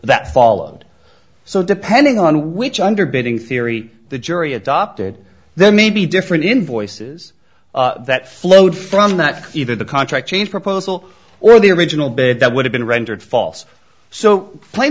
that followed so depending on which underbidding theory the jury adopted there may be different invoices that flowed from that either the contract change proposal or the original bid that would have been rendered false so plain